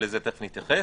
ולזה תכף נתייחס,